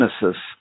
genesis